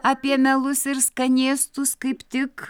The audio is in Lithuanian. apie melus ir skanėstus kaip tik